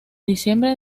diciembre